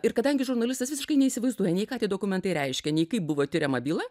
ir kadangi žurnalistas visiškai neįsivaizduoja nei ką tie dokumentai reiškia nei kaip buvo tiriama byla